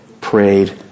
prayed